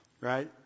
right